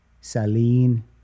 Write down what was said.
Saline